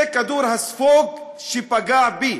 זה כדור ספוג שפגע בי.